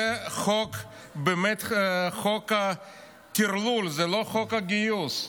זה חוק באמת, חוק הטרלול, זה לא חוק הגיוס.